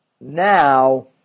now